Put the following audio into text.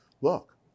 Look